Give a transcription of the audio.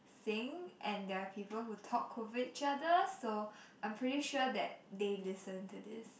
sing and there are people who talk over each other so I'm pretty sure that they listen to this